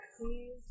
Please